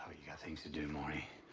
you got things to do, marty?